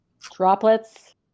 droplets